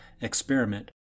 experiment